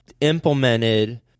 implemented